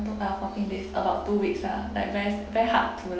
to uh fourteen days about two weeks ah like very very hard to like